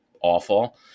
awful